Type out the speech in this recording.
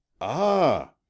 Ah